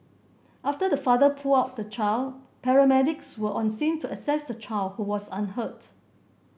after the father pulled out the child paramedics were on scene to assess the child who was unhurt